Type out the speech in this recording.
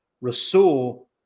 Rasul